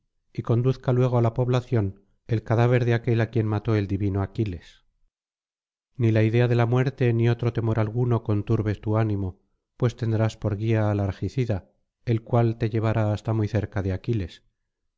y conduzca luego á la población el cadáver de aquel á quien mató el divino aquiles ni la idea de la muerte ni otro temor algxmo conturbe tu ánimo pues tendrás por guía al argicida el cual te llevará hasta muy cerca de aquiles